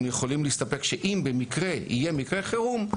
אם יהיה מקרה חירום,